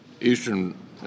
Eastern